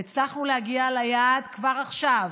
הצלחנו להגיע ליעד כבר עכשיו,